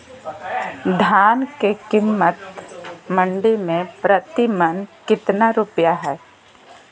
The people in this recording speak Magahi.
धान के कीमत मंडी में प्रति मन कितना रुपया हाय?